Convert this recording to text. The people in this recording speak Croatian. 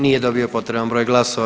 Nije dobio potreban broj glasova.